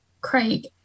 Craig